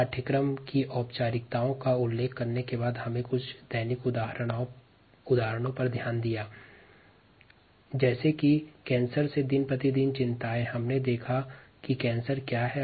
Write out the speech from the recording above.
पाठ्यक्रम की औपचारिकताओं का उल्लेख करने के बाद कुछ दैनिक उदाहरणों पर चर्चा हुई थी जैसे कैंसर के विषय में दिन प्रतिदिन बढ़ती चिंताएँ कैंसर क्या है